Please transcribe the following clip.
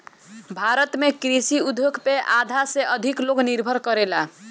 भारत में कृषि उद्योग पे आधा से अधिक लोग निर्भर करेला